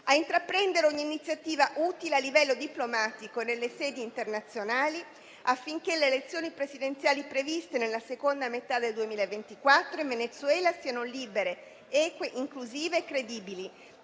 intraprendere ogni iniziativa utile a livello diplomatico nelle sedi internazionali affinché le elezioni presidenziali previste nella seconda metà del 2024 in Venezuela siano libere, eque, inclusive e credibili e